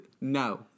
no